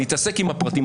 יתעסק עם הפרטים.